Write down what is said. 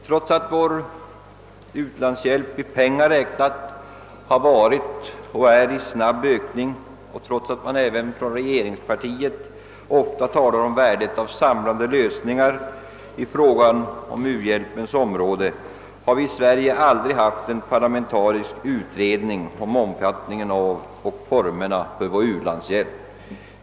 Trots att vår u-landshjälp i pengar räknat har ökat och ökar snabbt, och trots att man även i regeringspartiet ofta talar om samlande lösningar på u-hjälpsproblemen har vi här i Sverige aldrig haft någon parlamentarisk utredning rörande omfattningen av och formerna för vår u-landshjälp.